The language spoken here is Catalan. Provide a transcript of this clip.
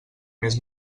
més